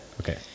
okay